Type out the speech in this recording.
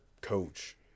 coach